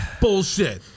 bullshit